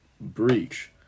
Breach